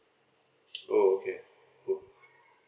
oh okay oh